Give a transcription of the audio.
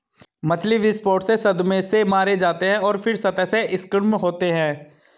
मछली विस्फोट से सदमे से मारे जाते हैं और फिर सतह से स्किम्ड होते हैं